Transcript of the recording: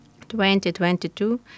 2022